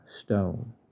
stone